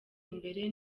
imbere